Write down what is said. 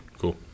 cool